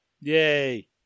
Yay